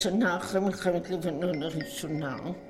שנה אחרי מלחמת לבנון הראשונה